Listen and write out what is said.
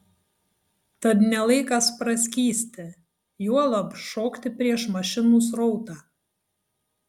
tad ne laikas praskysti juolab šokti prieš mašinų srautą